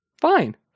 Fine